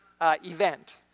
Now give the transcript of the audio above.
event